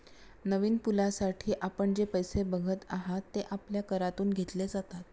नवीन पुलासाठी आपण जे पैसे बघत आहात, ते आपल्या करातून घेतले जातात